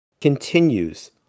Continues